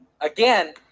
again